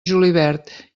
julivert